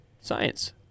science